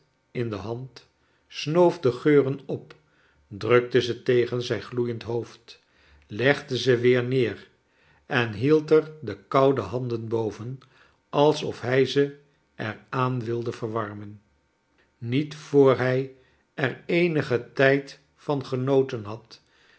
in de hand snoof de geuren op drukte ze tegeii zijn gloeiend hoofd legde ze weer noer en hicld er de koude handen boven alsof hij ze er aan wilde verwarmen niet voor hij er eenigen tijd van genoten had